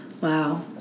Wow